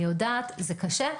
אני יודעת זה קשה,